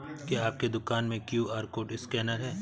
क्या आपके दुकान में क्यू.आर कोड स्कैनर है?